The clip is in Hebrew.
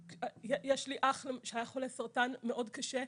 יש לי אח שהיה חולה סרטן מאוד קשה,